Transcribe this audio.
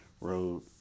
road